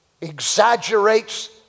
exaggerates